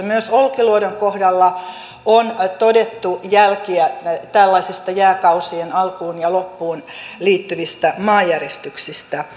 myös olkiluodon kohdalla on todettu jälkiä tällaisesta jääkausien alkuun ja loppuun liittyvistä maanjäristyksistä